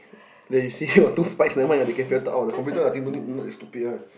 there you see got two spikes never mind they can filter out the computer I think don't need not that stupid [one]